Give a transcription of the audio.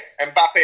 Mbappe